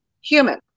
human